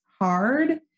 hard